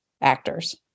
actors